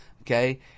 okay